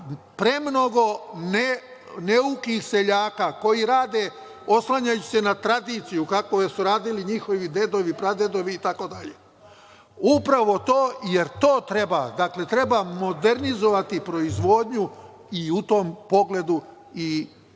premnogo neukih seljaka koji rade oslanjajući se na tradiciju, kako su radili njihovi dedovi, pradedovi, itd. Upravo treba modernizovati proizvodnju i u tom pogledu